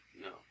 No